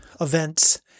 events